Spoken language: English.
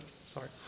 sorry